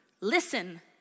Listen